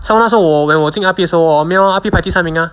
so 那时候 when 我进 R_P 的时候 hor R_P 排第三名 ah